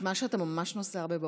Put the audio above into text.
נשמע שאתה ממש נוסע הרבה באוטובוס.